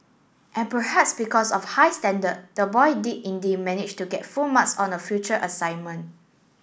and perhaps because of high standard the boy did indeed manage to get full marks on a future assignment